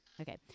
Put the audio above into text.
Okay